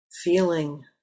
feeling